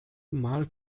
mal